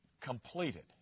completed